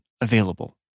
available